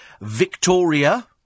Victoria